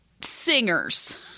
singers